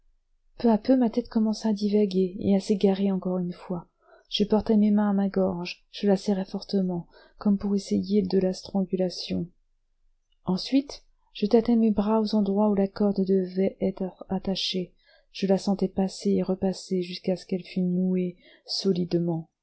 peu à peu ma tête recommença à divaguer et à s'égarer encore une fois je portai mes mains à ma gorge je la serrai fortement comme pour essayer de la strangulation ensuite je tâtai mes bras aux endroits où la corde devait être attachée je la sentais passer et repasser jusqu'à ce qu'elle fût nouée solidement